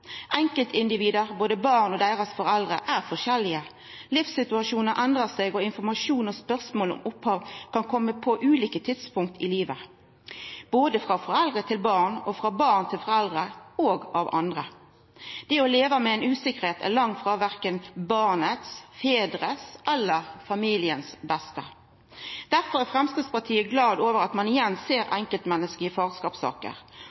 Enkeltindivid, både barn og foreldre, er forskjellige. Livssituasjonar endrar seg, og informasjon og spørsmål om opphav kan koma på ulike tidspunkt i livet, både frå foreldre til barn og frå barn til foreldre – og frå andre. Det å leva med ei usikkerheit er langt ifrå til beste for verken barnet, fedrane eller familien. Difor er Framstegspartiet glad for at ein igjen ser